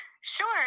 Sure